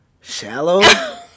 shallow